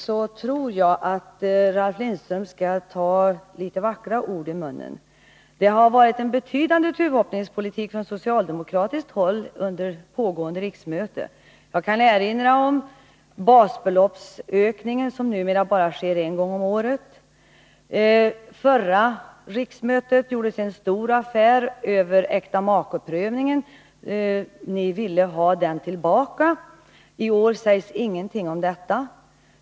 Jag tycker att Ralf Lindström borde vara litet försiktigare med orden, för det har förts en betydande tuvhoppningspolitik från socialdemokratiskt håll under pågående riksmöte. Jag kan erinra om basbeloppsökningen, som numera sker bara en gång om året. Förra riksmötet gjordes stor affär av äktamakeprövningen, som ni då ville ha tillbaka. I år sägs ingenting om detta.